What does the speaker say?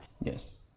Yes